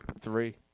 three